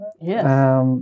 Yes